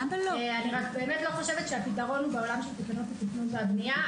אני לא חושבת שהפתרון הוא בעולם של תקנות התכנון והבנייה.